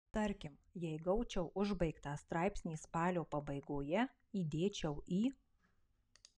tarkim jei gaučiau užbaigtą straipsnį spalio pabaigoje įdėčiau į